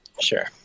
Sure